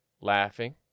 laughing